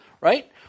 right